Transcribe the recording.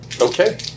Okay